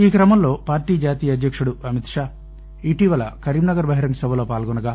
ఈ క్రమంలో పార్టీ జాతీయ అధ్యక్తుడు అమిత్ షా ఇటీవల కరీంనగర్ బహిరంగ సభలో పాల్గొనగా